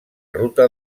ruta